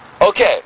Okay